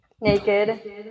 naked